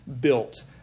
built